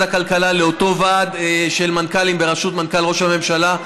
הכלכלה לאותו ועד של מנכ"לים בראשות מנכ"ל ראש הממשלה,